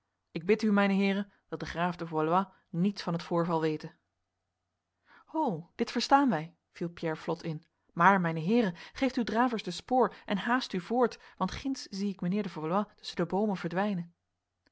ik bid u mijne heren dat de graaf de valois niets van het voorval wete ho dit verstaan wij viel pierre flotte in maar mijne heren geeft uw dravers de spoor en haast u voort want ginds zie ik mijnheer de valois tussen de bomen verdwijnen